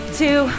two